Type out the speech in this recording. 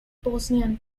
bosnian